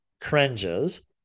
cringes